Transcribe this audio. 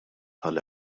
tal